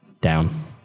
down